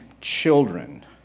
children